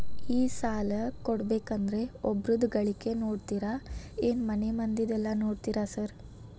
ಈ ಸಾಲ ಕೊಡ್ಬೇಕಂದ್ರೆ ಒಬ್ರದ ಗಳಿಕೆ ನೋಡ್ತೇರಾ ಏನ್ ಮನೆ ಮಂದಿದೆಲ್ಲ ನೋಡ್ತೇರಾ ಸಾರ್?